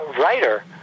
writer